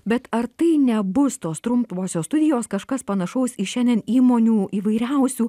bet ar tai nebus tos trumposios studijos kažkas panašaus į šiandien įmonių įvairiausių